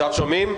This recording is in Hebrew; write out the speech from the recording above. עכשיו שומעים?